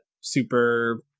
super